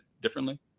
differently